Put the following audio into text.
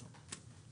לא.